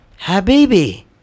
Habibi